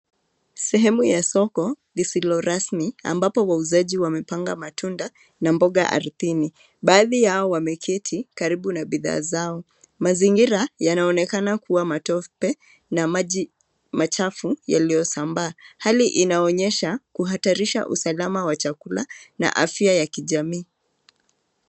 Sehemu ya soko lisilo rasmi ambapo wauuzaji wamepanga matunda na mboga ardhini. Baadhi yao wameketi karibu na bidhaa zao. Mazingira yanaonekana kuwa matope na maji machafu yaliyosambaa. Hali inaonyesha kuhatarisha usalama wa chakula na afya ya kijamii.